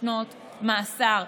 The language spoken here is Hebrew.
שנות מאסר.